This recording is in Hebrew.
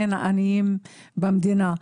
אין עניים במדינה.